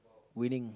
winning